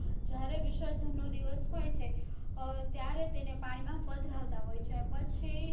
જ્યારે વિસર્જનનો દિવસ હોય છે ત્યારે તેને પાણીમાં પધરાવતા હોય છે પછી